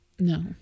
No